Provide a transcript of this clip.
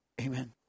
Amen